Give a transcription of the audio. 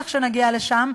לכשנגיע לשם,